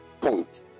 point